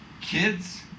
Kids